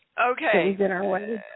Okay